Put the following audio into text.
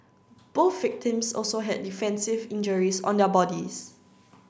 both victims also had defensive injuries on their bodies